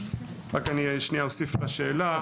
רק אוסיף לשאלה,